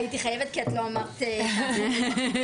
הייתי חייבת כי לא ציינת את האחיות.